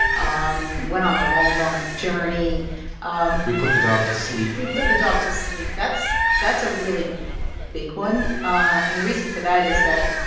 um went on a long, long journey um we put the dog to sleep we put the dog to sleep. that's that's a really big one. and the reason for that is that,